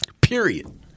Period